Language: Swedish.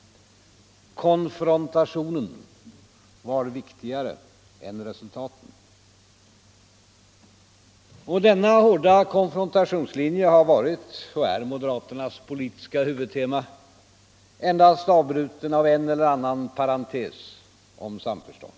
Konfrontationen var viktigare än resultaten. Denna hårda kon frontationslinje har varit och är moderaternas politiska huvudtema, en Nr 134 dast avbruten av en eller annan parentes om samförstånd.